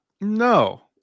No